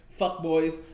fuckboys